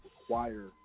require